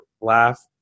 laugh